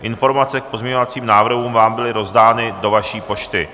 Informace k pozměňovacím návrhům vám byly rozdány do vaší pošty.